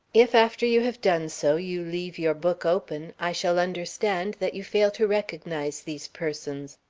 if after you have done so, you leave your book open, i shall understand that you fail to recognize these persons.